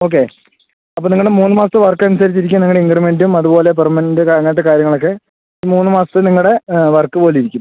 okay അപ്പോൾ നിങ്ങളുടെ മൂന്ന് മാസത്തെ വർക്ക് അനുസരിച്ച് ഇരിക്കും നിങ്ങളുടെ ഇൻക്രിമെൻറ്റും അതുപോലെ പെർമനെൻറ്റ് ആ അങ്ങനത്തെ കാര്യങ്ങൾ ഒക്കെ ഈ മൂന്ന് മാസത്തെ നിങ്ങളുടെ വർക്ക് പോലെ ഇരിക്കും